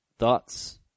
Thoughts